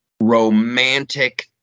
romantic